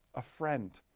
a friend?